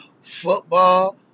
football